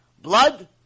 Blood